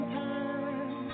time